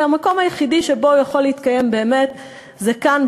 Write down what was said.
שהמקום היחיד שבו הוא יכול להתקיים באמת הוא כאן,